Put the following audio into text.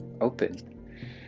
open